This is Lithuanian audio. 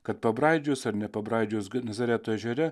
kad pabraidžiojus ar nepabraidžiojus nazareto ežere